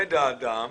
עומד האדם